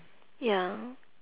ya